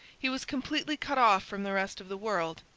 he was completely cut off from the rest of the world,